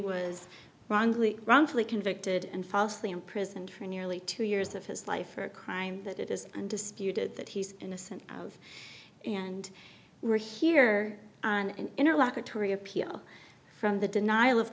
was wrongly wrongfully convicted and falsely imprisoned for nearly two years of his life for a crime that it is undisputed that he's innocent of and we're here an interlocutory appeal from the denial of